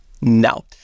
Now